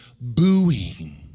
booing